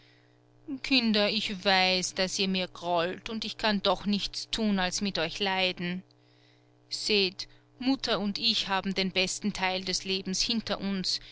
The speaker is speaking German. kinder ich weiß daß ihr mir grollt und ich kann doch nichts tun als mit euch leiden seht mutter und ich haben den besten teil des lebens hinter uns